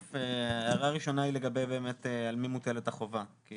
ההערה הראשונה היא לגבי על מי מוטלת החובה כי